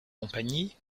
compagnies